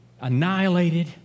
annihilated